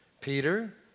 Peter